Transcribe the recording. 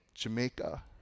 jamaica